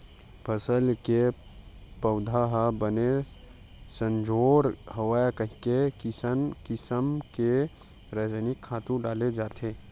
फसल के पउधा ह बने सजोर होवय कहिके किसम किसम के रसायनिक खातू डाले जावत हे